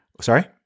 Sorry